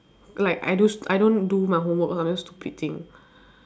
like I do s~ I don't do my homework I do stupid thing